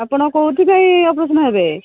ଆପଣ କୋଉଥିପାଇଁ ଅପରେସନ୍ ହେବେ